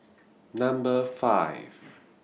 Number five